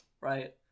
Right